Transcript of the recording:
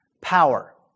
power